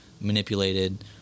manipulated